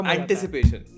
Anticipation